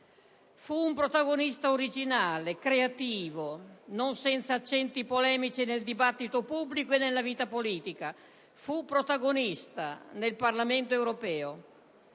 Fu un protagonista originale e creativo, non senza accenti polemici nel dibattito pubblico e nella vita politica. Fu protagonista nel Parlamento europeo